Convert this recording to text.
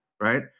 right